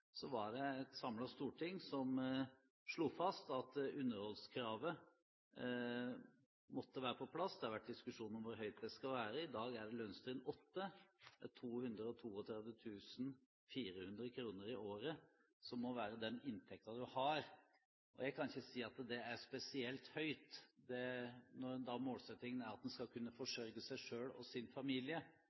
var det et samlet storting som slo fast at underholdskravet måtte være på plass. Det har vært diskusjon om hvor høyt det skal være. I dag er det lønnstrinn 8, dvs. 232 400 kr i året er den inntekten en må ha. Jeg kan ikke si at det er spesielt høyt. Når målsettingen er at en skal kunne forsørge seg selv og sin familie,